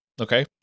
Okay